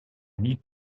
need